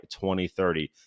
2030